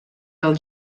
del